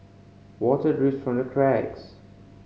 water drips from the cracks